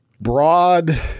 broad